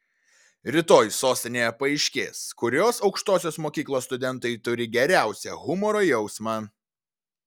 rytoj sostinėje paaiškės kurios aukštosios mokyklos studentai turi geriausią humoro jausmą